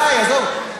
די, עזוב.